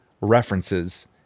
references